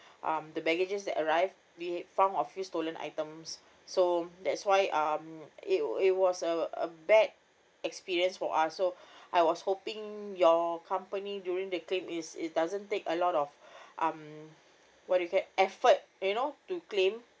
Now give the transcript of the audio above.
um the baggages that arrive we found of few stolen items so that's why um it~ it was uh a bad experience for us so I was hoping your company during the claim is it doesn't take a lot of um what you get effort you know to claim